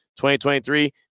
2023